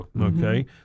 okay